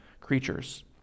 creatures